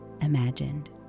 imagined